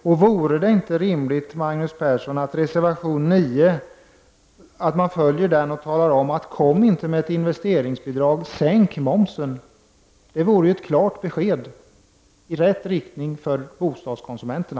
Och vore det inte rimligt, Magnus Persson, att följa reservation 9 och uttala till regeringen att den inte skall föreslå investeringsbidrag utan sänka momsen? Det vore ju ett klart besked i rätt riktning för bostadskonsumenterna.